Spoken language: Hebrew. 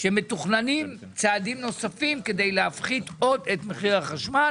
שמתוכננים צעדים נוספים כדי להפחית עוד את מחיר החשמל.